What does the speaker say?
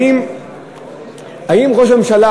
האם ראש הממשלה,